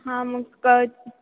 हां मग क